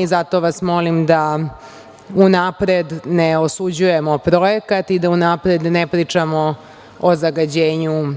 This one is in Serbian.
i zato vas molim da unapred ne osuđujemo projekat i da unapred ne pričamo o zagađenju,